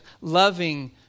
loving